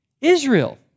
Israel